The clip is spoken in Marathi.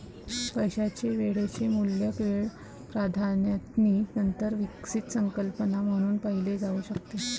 पैशाचे वेळेचे मूल्य वेळ प्राधान्याची नंतर विकसित संकल्पना म्हणून पाहिले जाऊ शकते